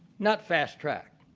not fast track.